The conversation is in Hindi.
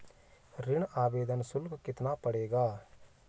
ऋण आवेदन शुल्क कितना पड़ेगा?